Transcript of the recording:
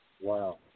Wow